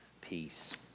peace